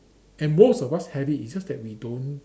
and most of us have it it's just that we don't